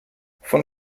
von